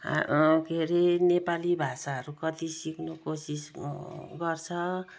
हा के अरे नेपाली भाषाहरू कति सिक्नु कोसिस गर्छ